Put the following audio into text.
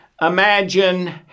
imagine